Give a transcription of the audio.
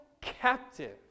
captive